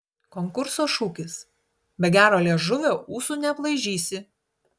konkurso šūkis be gero liežuvio ūsų neaplaižysi